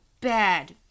Bad